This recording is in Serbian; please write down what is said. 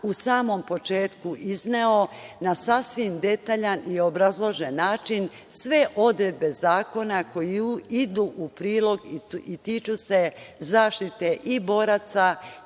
u samom početku izneo na sasvim detaljan i obrazložen način, sve odredbe zakona idu u prilog i tiču se zaštite i boraca